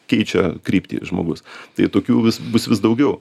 keičia kryptį žmogus tai tokių vis bus vis daugiau